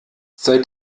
seit